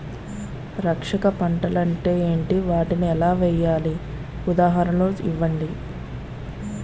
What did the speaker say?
రక్షక పంటలు అంటే ఏంటి? వాటిని ఎలా వేయాలి? ఉదాహరణలు ఇవ్వండి?